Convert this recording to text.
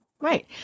Right